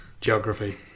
geography